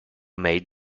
made